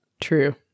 True